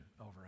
over